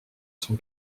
son